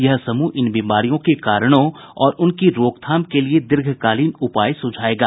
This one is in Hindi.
यह समूह इन बीमारियों के कारणों और उनकी रोकथाम के लिए दीर्घकालीन उपाय सुझायेगा